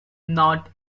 not